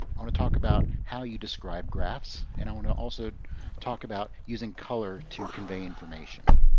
i want to talk about how you describe graphs. and i want to also talk about using color to convey information.